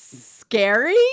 scary